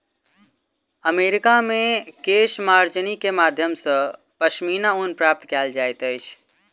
America मे केशमार्जनी के माध्यम सॅ पश्मीना ऊन प्राप्त कयल जाइत अछि